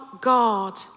God